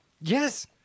Yes